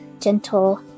gentle